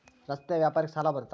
ರಸ್ತೆ ವ್ಯಾಪಾರಕ್ಕ ಸಾಲ ಬರುತ್ತಾ?